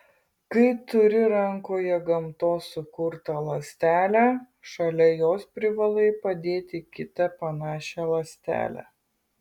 kai turi rankoje gamtos sukurtą ląstelę šalia jos privalai padėti kitą panašią ląstelę